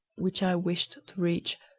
which i wished to reach,